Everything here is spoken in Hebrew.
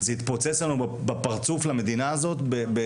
זה יתפוצץ למדינה הזו בפרצוף,